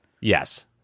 yes